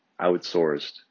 outsourced